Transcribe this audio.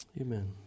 Amen